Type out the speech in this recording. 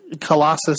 Colossus